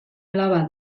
alaba